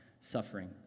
suffering